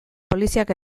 poliziak